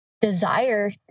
desire